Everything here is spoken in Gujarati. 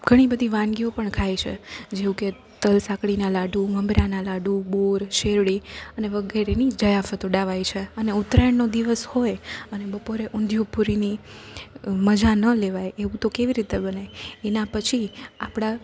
ઘણી બધી વાનગીઓ પણ ખાય છે જેવું કે તલ સાંકળીના લાડુ મમરાના લાડુ બોર શેરડી અને વગેરેની જયાફતો ઉડાવાય છે અને ઉત્તરાયણનો દિવસ હોય અને બપોરે ઊંધિયું પુરીની મજા ન લેવાય એવું તો કેવી રીતે બને એના પછી આપણાં